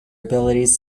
abilities